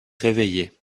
réveiller